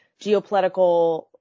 geopolitical